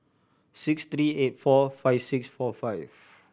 six three eight four five six four five